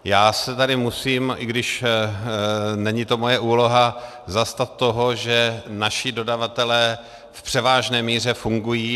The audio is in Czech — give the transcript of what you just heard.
Já se tady musím, i když to není moje úloha, zastat toho, že naši dodavatelé v převážné míře fungují.